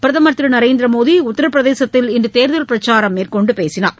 பிரதமர் திரு நரேந்திர மோடி உத்தரப்பிரதேசத்தில் இன்று தேர்தல் பிரச்சாரம் மேற்கொண்டு பேசினார்